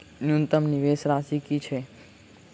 न्यूनतम निवेश राशि की छई?